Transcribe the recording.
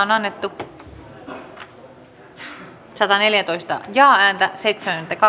oli tarkoitus painaa jaa ääntä seitsemän pekka